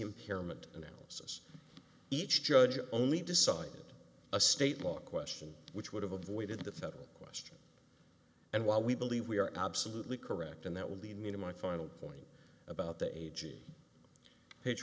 impairment analysis each judge only decided a state law question which would have avoided the federal question and while we believe we are absolutely correct and that would lead me to my final point about the a g page